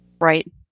Right